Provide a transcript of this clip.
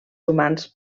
humans